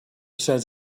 says